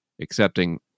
accepting